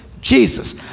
Jesus